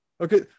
Okay